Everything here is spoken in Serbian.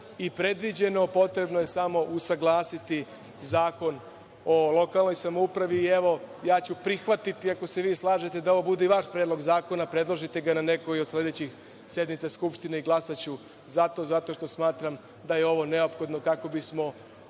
i predviđeno, potrebno je samo usaglasati Zakon o lokalnoj samoupravi i evo, ja ću prihvatiti ako se vi slažete da ovo bude i vaš predlog zakona. Predložite ga na nekoj od sledećih sednica Skupštine i glasaću za to, zato što smatram da je ovo neophodno kako bismo